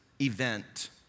event